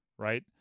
Right